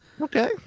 okay